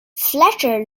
fletcher